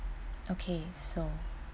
okay so